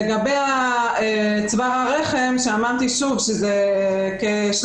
לגבי צוואר הרחם, אמרתי שוב, שזה כ-300,